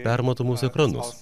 permatomus ekranus